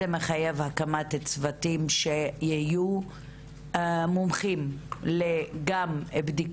זה מחייב הקמת צוותים שיהיו מומחים לבדיקת